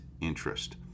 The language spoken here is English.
interest